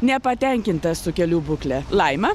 nepatenkinta esu kelių būkle laima